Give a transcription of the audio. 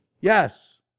Yes